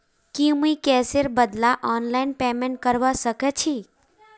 की मुई कैशेर बदला ऑनलाइन पेमेंट करवा सकेछी